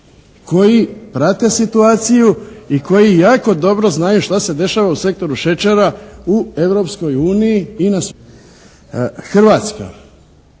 koji prate situaciju i koji jako dobro znaju šta se dešava u sektoru šećera u Europskoj uniji i na svjetskom